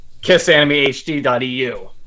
KissAnimeHD.eu